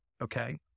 Okay